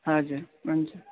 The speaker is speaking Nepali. हजुर हुन्छ